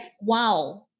wow